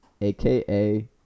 aka